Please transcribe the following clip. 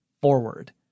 forward